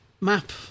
map